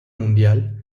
mundial